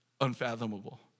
unfathomable